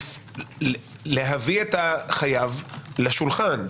להביא את החייב לשולחן.